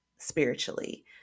spiritually